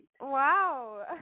Wow